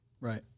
Right